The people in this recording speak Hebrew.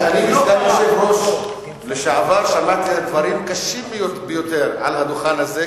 ואני כסגן יושב-ראש לשעבר שמעתי דברים קשים ביותר על הדוכן הזה,